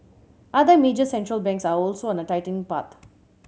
other major Central Banks are also on a tightening path